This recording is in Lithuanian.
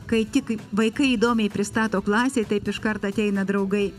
kai tik kaip vaikai įdomiai pristato klasei taip iškart ateina draugai